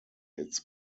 its